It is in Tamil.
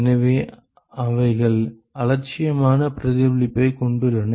எனவே அவைகள் அலட்சியமான பிரதிபலிப்பைக் கொண்டுள்ளன